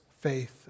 faith